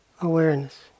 awareness